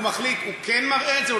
הוא מחליט אם הוא כן מראה את זה,